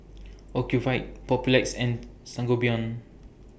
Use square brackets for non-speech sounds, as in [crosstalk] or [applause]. [noise] Ocuvite Papulex and Sangobion